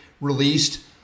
released